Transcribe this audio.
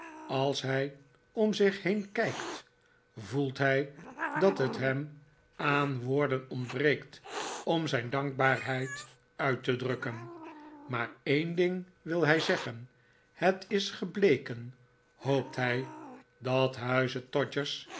als hij om zich heen kijkt voelt hij dat het hem aan woorden ontbreekt om zijn dankbaarheid uit te drukken maar een ding wil hij zeggen het is gebleken hoopt hij dat